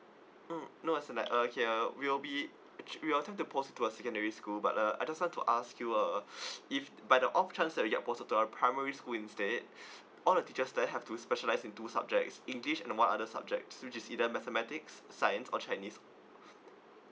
mm no as in like uh okay uh we will be actua~ we'll post you to a secondary school but uh I just want to ask you uh if by the off chance that you are posted to a primary school instead all the teachers there have to specialise in two subjects english and one other subjects which is either mathematics science or chinese